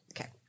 Okay